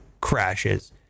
crashes